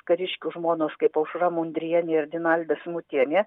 kariškių žmonos kaip aušra mundrienė ir dinalda simutienė